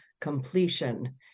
completion